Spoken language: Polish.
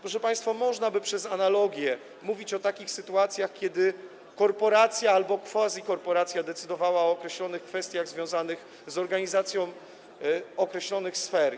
Proszę państwa, można by przez analogię mówić o takich sytuacjach, kiedy korporacja albo quasi-korporacja decydowała o określonych kwestiach związanych z organizacją określonych sfer.